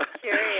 curious